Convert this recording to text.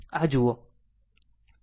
આ જુઓ